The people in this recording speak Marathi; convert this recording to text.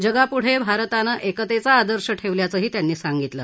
जगाप्ढे भारतानं एकतेचा आदर्श ठेवल्याचंही त्यांनी सांगितलं